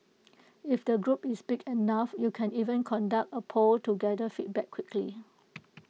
if the group is big enough you can even conduct A poll to gather feedback quickly